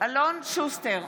אלון שוסטר,